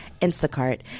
Instacart